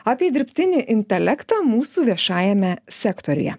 apie dirbtinį intelektą mūsų viešajame sektoriuje